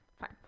fine